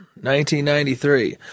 1993